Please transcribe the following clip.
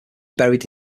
buried